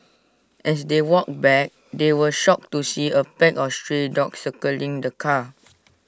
as they walked back they were shocked to see A pack of stray dogs circling the car